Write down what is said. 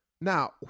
Now